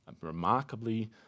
remarkably